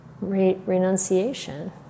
renunciation